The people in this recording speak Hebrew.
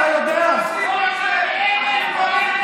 אתה לא עושה טובה.